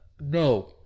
No